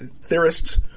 theorists